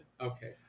Okay